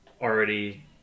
already